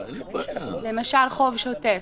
למשל חוב שוטף